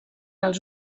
els